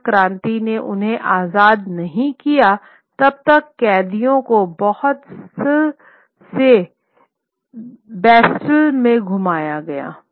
जब तक क्रांति ने उन्हें आज़ाद नहीं किया तब तक कैदियों को बहुत से बैस्टिल में घुमाया गया